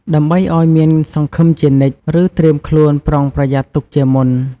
ដើម្បីឲ្យមានសង្ឃឹមជានិច្ច ឬត្រៀមខ្លួនប្រុងប្រយ័ត្នទុកជាមុន។